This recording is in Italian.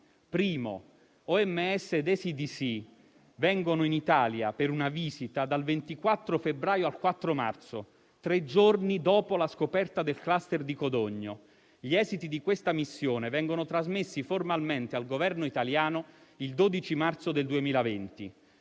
Primo: OMS ed ECDC vengono in Italia per una visita dal 24 febbraio al 4 marzo, tre giorni dopo la scoperta del *cluster* di Codogno. Gli esiti di questa missione vengono trasmessi formalmente al Governo italiano il 12 marzo 2020.